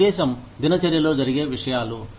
నా ఉద్దేశ్యం దినచర్యలో జరిగే విషయాలు